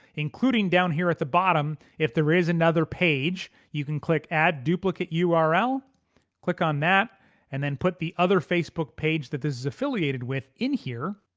including down here at the bottom. if there is another page you can click add duplicate ah url. click on that and then put the other facebook page that this is affiliated with in here.